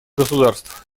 государств